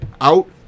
Out